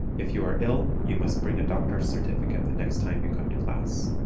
if you are ill you must bring a doctor's certificate the next time you come to class.